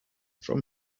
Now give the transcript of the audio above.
from